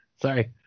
Sorry